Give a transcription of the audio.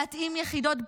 להתאים יחידות,